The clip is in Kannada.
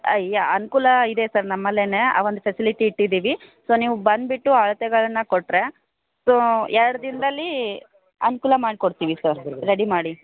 ಅಯ್ಯ ಅನುಕೂಲ ಇದೆ ಸರ್ ನಮ್ಮಲ್ಲೇ ಆ ಒಂದು ಫೆಸಿಲಿಟಿ ಇಟ್ಟಿದ್ದೀವಿ ಸೊ ನೀವು ಬಂದುಬಿಟ್ಟು ಅಳತೆಗಳನ್ನು ಕೊಟ್ಟರೆ ಸೊ ಎರಡು ದಿನದಲ್ಲಿ ಅನುಕೂಲ ಮಾಡಿಕೊಡ್ತೀವಿ ಸರ್ ರೆಡಿ ಮಾಡಿ